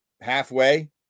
halfway